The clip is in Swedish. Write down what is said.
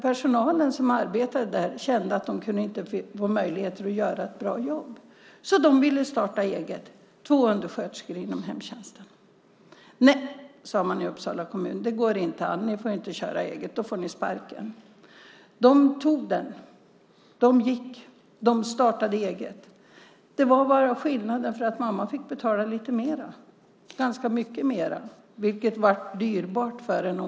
Personalen som arbetade där kände inte att de hade möjligheter att göra ett bra jobb, så de ville starta eget. Det var två undersköterskor inom hemtjänsten. Nej, sade man i Uppsala kommun, det går inte an. Ni får inte köra eget. Då får ni sparken. De tog det. De gick. De startade eget. Skillnaden var att mamma fick betala lite mer, ganska mycket mer, vilket var dyrbart för henne.